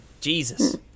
Jesus